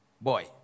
Boy